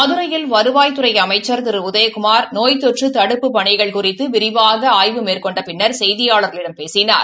மதுரையில் வருவாய்த்துறை அமைச்சர் திரு உதயகுமார் நோய் தொற்று தடுப்புப் பணிகள் குறித்து விரிவாக ஆய்வு மேற்கொண்ட பின்னர் செய்தியாளர்களிடம் பேசினார்